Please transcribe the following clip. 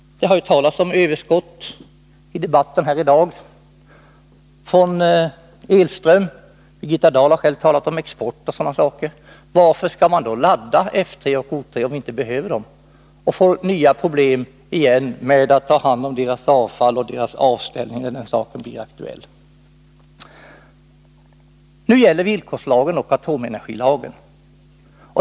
Det har ju i debatten här i dag talats om överskott på elström. Birgitta Dahl har själv talat om export osv. Varför skall man ladda F 3 och 'O 3, om vi inte behöver dem? Vi får då nya problem med att ta hand om deras avfall — och avstängande när den saken blir aktuell. Nu gäller villkorslagen och atomenergilagen.